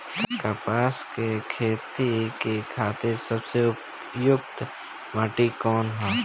कपास क खेती के खातिर सबसे उपयुक्त माटी कवन ह?